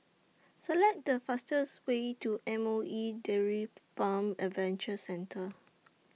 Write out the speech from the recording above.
Select The fastest Way to M O E Dairy Farm Adventure Centre